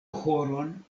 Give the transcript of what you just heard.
horon